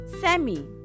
Sammy